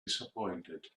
disappointed